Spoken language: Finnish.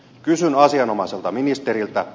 kysyn asianomaiselta ministeriltä